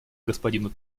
господину